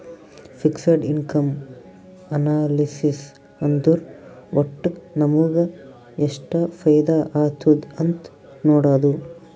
fixed income analysis ಅಂದುರ್ ವಟ್ಟ್ ನಮುಗ ಎಷ್ಟ ಫೈದಾ ಆತ್ತುದ್ ಅಂತ್ ನೊಡಾದು